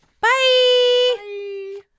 Bye